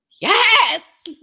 Yes